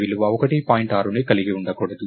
6ని కలిగి ఉండకూడదు